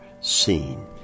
seen